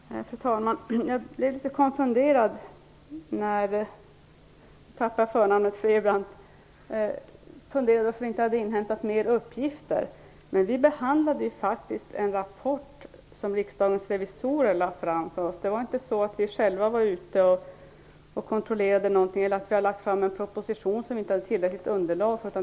Fru talman! Jag blev litet konfunderad när Rose Marie Frebran undrade varför man inte hade inhämtat fler uppgifter. Vi behandlade faktiskt en av riksdagens revisorer framlagd rapport. Vi var inte ute efter att själva kontrollera någonting, som t.ex. när det gäller en proposition utan tillräckligt underlag.